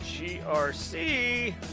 GRC